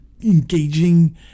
engaging